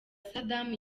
saddam